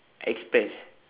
express